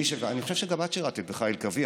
אני חושב שגם את שירת בחיל קרבי,